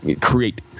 create